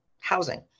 housing